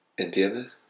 ¿Entiendes